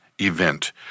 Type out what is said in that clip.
Event